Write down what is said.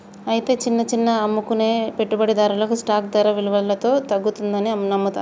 అయితే చిన్న చిన్నగా అమ్ముకునే పెట్టుబడిదారులు స్టాక్ ధర విలువలో తగ్గుతుందని నమ్ముతారు